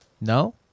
No